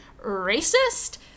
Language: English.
racist